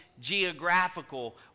geographical